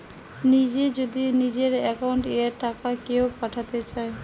নিজে যদি নিজের একাউন্ট এ টাকা কেও পাঠাতে চায়